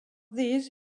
these